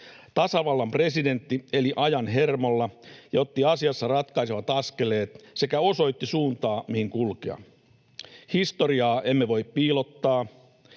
Tasavallan presidentti eli ajan hermolla ja otti asiassa ratkaisevat askeleet sekä osoitti suuntaa, mihin kulkea. Historiaa emme voi piilottaa,